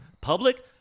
Public